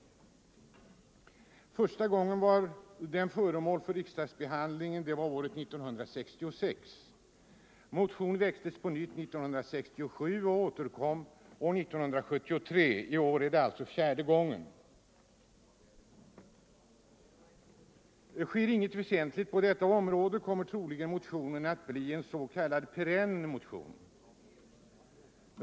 Första gången den var föremål för riksdagsbehandling var år 1966. Motion väcktes på nytt 1967 och återkom 1973; i år är det alltså fjärde gången. Sker inget väsentligt på detta område kommer motionen troligen att bli en s.k. perenn motion.